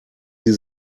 sie